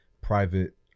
private